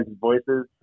voices